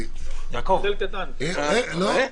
אני מוותר.